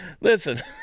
listen